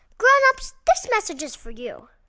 grown-ups, this message is for you